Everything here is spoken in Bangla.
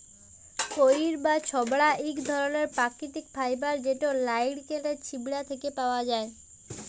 কইর বা ছবড়া ইক ধরলের পাকিতিক ফাইবার যেট লাইড়কেলের ছিবড়া থ্যাকে পাউয়া যায়